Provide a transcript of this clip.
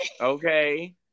Okay